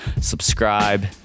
subscribe